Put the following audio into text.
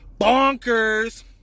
bonkers